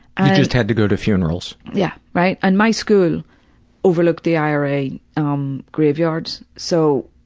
and just had to go to funerals. yeah, right? and my school overlooked the ira um graveyards. so,